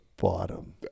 bottom